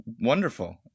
wonderful